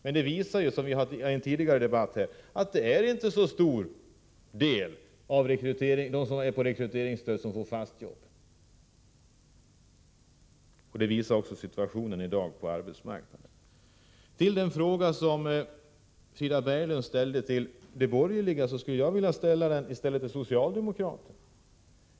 Men det visade sig i en tidigare debatt att det inte är någon större del av dem som anställs genom rekryteringsstöd som får fasta jobb. Det visar också situationen på arbetsmarknaden i dag. Den fråga som Frida Berglund ställde till de borgerliga skulle jag vilja ställa till socialdemokraterna.